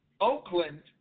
Oakland